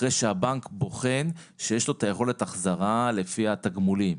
אחרי שהבנק בוחן שיש לו את יכולת ההחזרה לפי התגמולים.